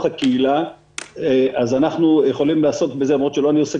הקהילה אז אנחנו יכולים לעסוק בזה למרות שלא אני עוסק